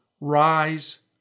rise